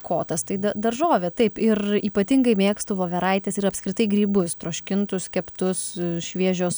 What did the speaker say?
kotas tai daržovė taip ir ypatingai mėgstu voveraites ir apskritai grybus troškintus keptus šviežios